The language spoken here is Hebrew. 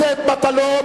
את לא תדברי פה על הסתה.